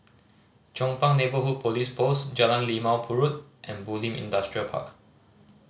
Chong Pang Neighbourhood Police Post Jalan Limau Purut and Bulim Industrial Park